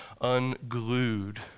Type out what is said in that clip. unglued